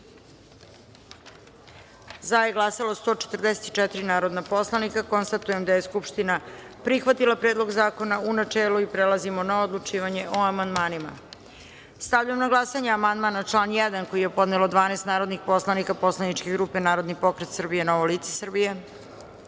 za - 144 narodnih poslanika. Konstatujem da je Narodna skupština prihvatila Predlog zakona u načelu. Prelazimo na odlučivanje o amandmanima. Stavljam na glasanje amandman na član 1. koji je podnelo 12 narodnih poslanika poslaničke grupe Narodni pokret Srbije - Novo lice